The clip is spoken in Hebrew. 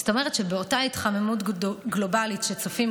זאת אומרת שבאותה התחממות גלובלית שצופים,